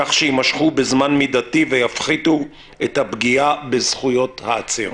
כך שיימשכו בזמן מידתי ויפחיתו את הפגיעה בזכויות העציר.